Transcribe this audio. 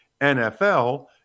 NFL